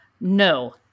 No